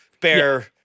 bear